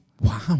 Wow